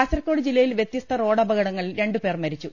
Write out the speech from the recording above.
കാസർകോട് ജില്ലയിൽ വ്യത്യസ്ത റോഡ് അപ്പകടങ്ങളിൽ രണ്ടുപേർ മരിച്ചു